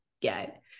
get